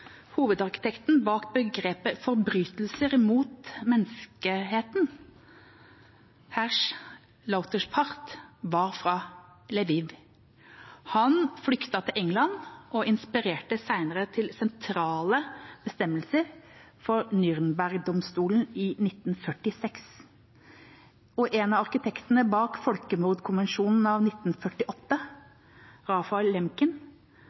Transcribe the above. Hovedarkitekten bak begrepet «forbrytelser mot menneskeheten», Hersch Lauterpacht, var fra Lviv. Han flyktet til England og inspirerte senere til sentrale bestemmelser for Nürnberg-domstolen i 1946. En av arkitektene bak Folkemordkonvensjonen av 1948,